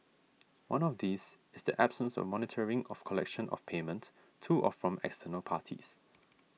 one of these is the absence of monitoring of collection of payment to or from external parties